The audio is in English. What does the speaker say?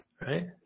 right